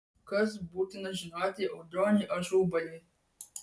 kas būtina žinoti audroniui ažubaliui